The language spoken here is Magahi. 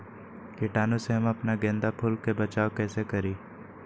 कीटाणु से हम अपना गेंदा फूल के बचाओ कई से करी?